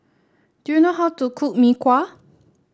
do you know how to cook Mee Kuah